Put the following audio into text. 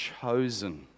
chosen